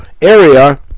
area